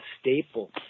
staple